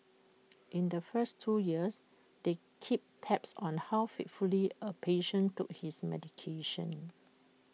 in the first two years they kept tabs on how faithfully A patient took his medication